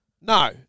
No